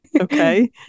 Okay